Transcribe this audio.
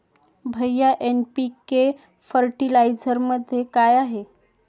भैय्या एन.पी.के फर्टिलायझरमध्ये काय आहे?